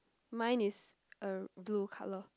mine is uh blue color